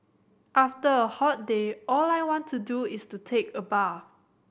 after a hot day all I want to do is to take a bath